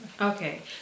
Okay